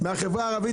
מן החברה הערבית,